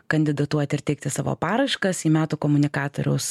kandidatuot ir teikti savo paraiškas į metų komunikatoriaus